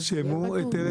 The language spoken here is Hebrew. אז יהיה כתוב.